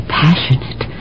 passionate